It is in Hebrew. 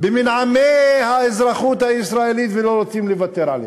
במנעמי האזרחות הישראלית, ולא רוצים לוותר עליה.